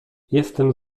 jestem